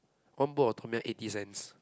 one bowl of Tom-Yum eighty cents